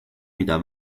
mida